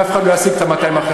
ואף אחד לא יעסיק את ה-200 האחרים.